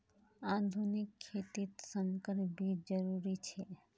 आधुनिक खेतित संकर बीज जरुरी छे